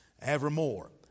evermore